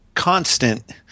constant